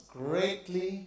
greatly